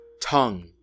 tongue